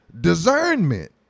discernment